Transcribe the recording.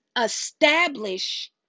establish